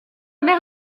mère